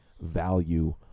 value